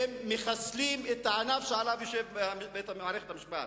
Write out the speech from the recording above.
מחסלים את הענף שעליו יושבת מערכת המשפט,